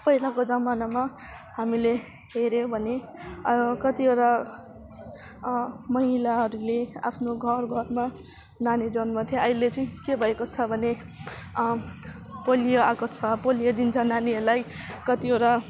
पहिलाको जमानामा हामीले हेऱ्यौँ भने कतिवटा महिलाहरूले आफ्नो घरघरमा नानी जन्माउँथ्यो अहिले चाहिँ के भएको छ भने पोलियो आएको छ पोलियो दिन्छ नानीहरूलाई कतिवटा